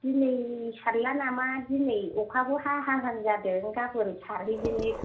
दिनै सारला नामा दिनै अखाबो हाहांहां जादों गाबोन सारहैदिनि